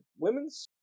women's